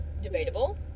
Debatable